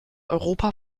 europa